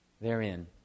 therein